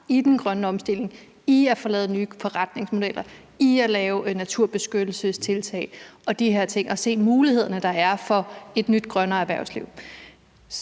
i den grønne omstilling, i at få lavet nye forretningsmodeller, i at lave naturbeskyttelsestiltag og de her ting og i at se mulighederne, der er for et nyt og grønnere erhvervsliv.